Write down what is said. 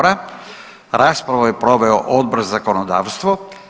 Raspravu je proveo Odbor za zakonodavstvo.